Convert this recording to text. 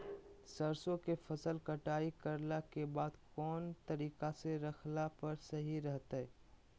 सरसों के फसल कटाई करला के बाद कौन तरीका से रखला पर सही रहतय?